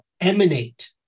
emanate